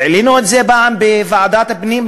העלינו את זה פעם בוועדת הפנים,